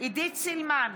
עידית סילמן,